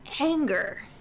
anger